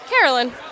Carolyn